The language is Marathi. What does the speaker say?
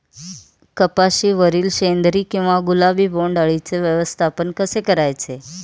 कपाशिवरील शेंदरी किंवा गुलाबी बोंडअळीचे व्यवस्थापन कसे करायचे?